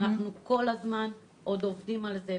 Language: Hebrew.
אנחנו כל הזמן עובדים על זה,